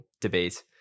debate